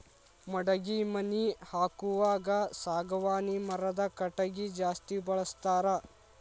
ಮಡಗಿ ಮನಿ ಹಾಕುವಾಗ ಸಾಗವಾನಿ ಮರದ ಕಟಗಿ ಜಾಸ್ತಿ ಬಳಸ್ತಾರ